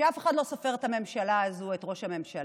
שאף אחד לא סופר את הממשלה הזו, את ראש הממשלה.